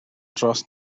dros